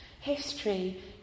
History